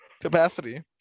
capacity